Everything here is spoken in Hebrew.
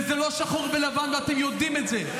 וזה לא שחור ולבן, ואתם יודעים את זה.